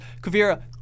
Kavira